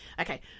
okay